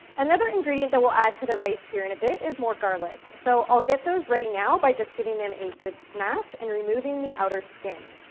another ingredient that we'll add to the rice here in a bit is more garlic. so, i'll get those ready now by just giving them a good smash and removing the outer skin.